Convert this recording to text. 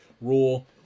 rule